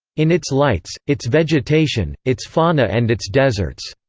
in its lights, its vegetation, its fauna and its deserts.